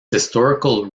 historical